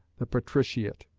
the patriciate.